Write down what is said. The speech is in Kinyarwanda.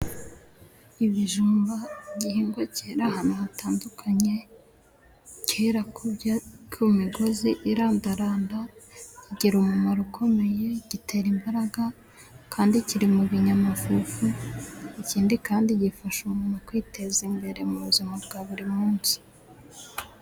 Ibijumba igihingwa kera ahantu hatandukanye kera k'umigozi irandaranda, kigira umumaro ukomeye. Gitera imbaraga kandi kiri mu binyamafufu ikindi kandi gifasha umuntu kwiteza imbere mu buzima bwa buri munsi.